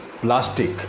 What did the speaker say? plastic